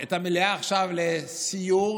את המליאה עכשיו לסיור,